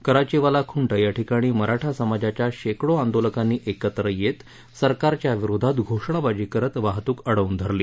कराचीवाला खूक्या ठिकाणी मराठा समाजाच्या शेकडो आदीलकाप्ती एकत्र येत सरकारच्या विरोधात घोषणाबाजी करत वाहतूक अडवून धरली